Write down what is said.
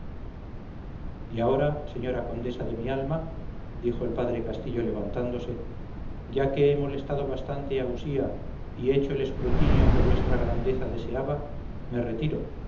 y ahora señora condesa de mi alma dijo el padre castillo levantándose ya que he molestado bastante a usía y hecho el escrutinio que vuestra grandeza deseaba me retiro